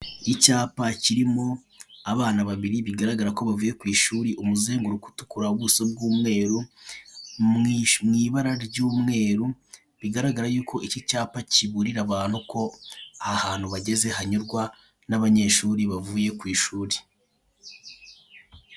Icyapa kirimo abana babiri bigaragara ko bavuye ku ishuri umuzenguruko utukura, ubuso bw'umweru, mu ibara ry'umweru bigaragara yuko iki cyapa kiburira abantu ko aha hantu hanyurwa n'abanyeshuri bavuye ku ishuri.